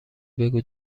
بگو